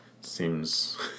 seems